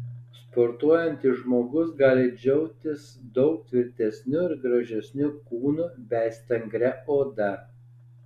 sportuojantis žmogus gali džiaugtis daug tvirtesniu ir gražesniu kūnu bei stangria oda